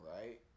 Right